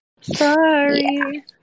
Sorry